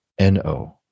no